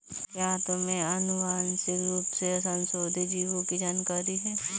क्या तुम्हें आनुवंशिक रूप से संशोधित जीवों की जानकारी है?